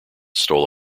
stole